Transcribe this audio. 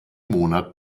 monat